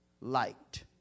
light